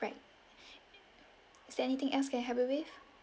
right is there anything else can I help you with